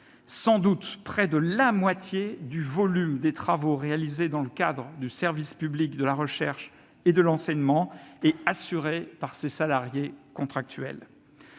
Sans doute près de la moitié du volume des travaux réalisés dans le cadre du service public de la recherche et de l'enseignement est assurée par ces salariés contractuels.